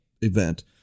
event